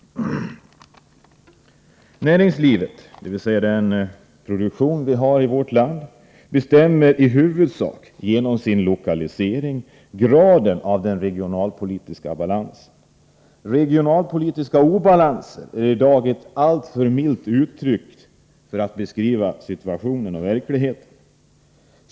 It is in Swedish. Näringslivet — de företag som svarar för den produktion vi har i vårt land — bestämmer genom sin lokalisering i huvudsak graden av den regionalpolitiska balansen. ”Den regionalpolitiska obalansen” är i dag ett alltför milt uttryck för att beskriva verkligheten.